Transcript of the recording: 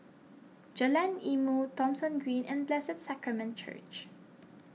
Jalan Ilmu Thomson Green and Blessed Sacrament Church